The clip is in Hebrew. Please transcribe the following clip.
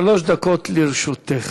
שלוש דקות לרשותך.